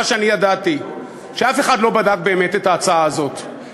שאני ידעתי: שאף אחד לא בדק באמת את ההצעה הזאת,